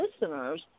listeners